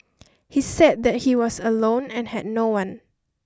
he said that he was alone and had no one